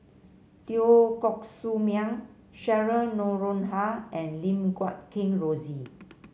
Teo Koh Sock Miang Cheryl Noronha and Lim Guat Kheng Rosie